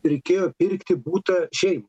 reikėjo pirkti butą šiaip